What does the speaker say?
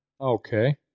Okay